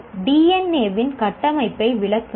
DNA வின் கட்டமைப்பை விளக்குங்கள்